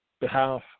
behalf